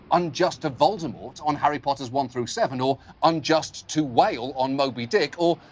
unjust to voldemort, on harry potter one through seven. or, unjust to whale, on moby dick. or,